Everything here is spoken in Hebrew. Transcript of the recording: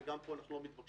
ואני רוצה